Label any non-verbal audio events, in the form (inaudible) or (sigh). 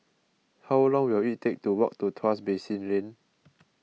how long will it take to walk to Tuas Basin Lane (noise)